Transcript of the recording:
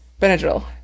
Benadryl